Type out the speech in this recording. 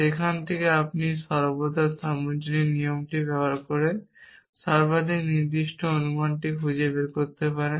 যেখান থেকে আপনি সর্বদা সর্বজনীন নিয়মটি ব্যবহার করে সর্বাধিক নির্দিষ্ট অনুমান বের করতে পারেন